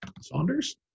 Saunders